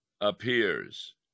appears